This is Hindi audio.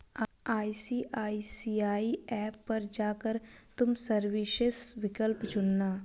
आई.सी.आई.सी.आई ऐप पर जा कर तुम सर्विसेस विकल्प चुनना